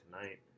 tonight